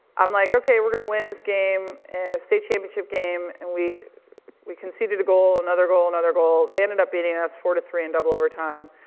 i'm like, okay, we're gonna win this game and a state championship game and we we conceded a goal, another goal, another goal, they ended up beating us, four to three in double overtime.